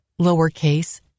lowercase